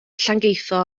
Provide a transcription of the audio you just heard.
llangeitho